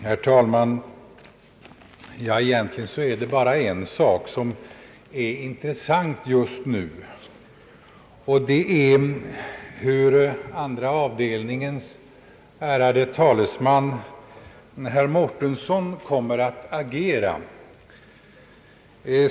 Herr talman! Egentligen är det bara en sak som är intressant just nu, och det är hur andra avdelningens ärade talesman, herr Mårtensson, kommer att agera.